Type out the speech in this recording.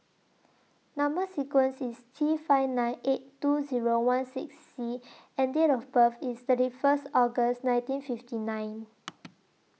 Number sequence IS T five nine eight two Zero one six C and Date of birth IS thirty First August nineteen fifty nine